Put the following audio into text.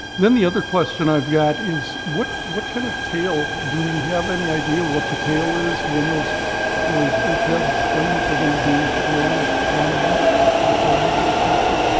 then the other question i've got is what what kind of tail, do we have any idea what the tail is when those those opeb claims are gonna be run run off, how far into the future?